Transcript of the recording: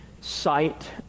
sight